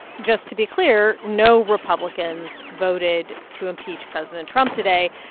just to be clear, no republicans voted to impeach president trump today.